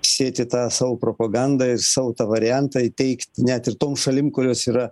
sėti tą savo propogandą ir savo tą variantą įteigt net ir tom šalim kurios yra